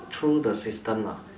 through the system lah